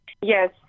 Yes